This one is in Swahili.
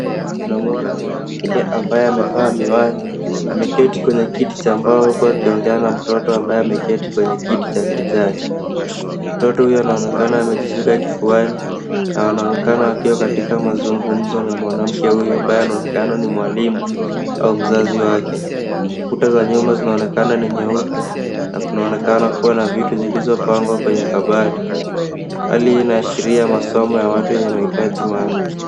Tunamwona mwanamke ambaye amevaa miwani. Ameketi kwenye kiti cha mbao huku akiongea na mtoto ambaye ameketi kwenye kiti cha kijani. Mtoto huyu anaonekana amejishika kifuani na anaonekana akiwa katika mazungumzo na mwanamke huyo ambaye anaonekana ni mwalimu au mzazi wake. Kuta za nyuma zinaonekana ni nyeupe, na kunaonekana kuwa na vitu zilizopangwa kwenye kabati. Hali hii inaashiria masomo ya watu wenye mahitaji maalum.